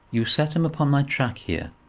you set him upon my track here,